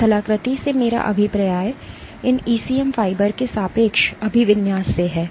स्थलाकृति से मेरा अभिप्राय इन ईसीएम फाइबर के सापेक्ष अभिविन्यास से है